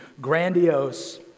grandiose